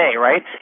right